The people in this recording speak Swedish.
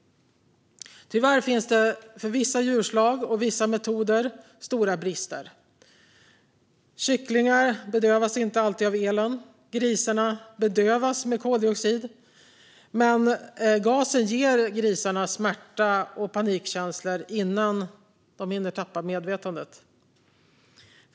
Tyvärr finns det för vissa djurslag och vissa metoder stora brister här. Kycklingar bedövas inte alltid av elen, grisarna bedövas med koldioxid, men gasen ger grisarna smärta och panikkänslor innan grisarna tappar medvetandet.